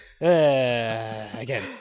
again